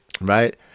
Right